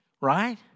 right